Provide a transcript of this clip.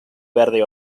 verde